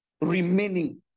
remaining